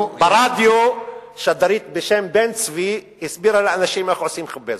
ברדיו שדרית בשם בן-צבי הסבירה לאנשים איך עושים ח'וביזה,